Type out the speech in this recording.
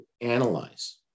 analyze